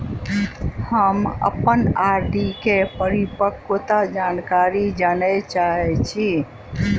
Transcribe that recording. हम अप्पन आर.डी केँ परिपक्वता जानकारी जानऽ चाहै छी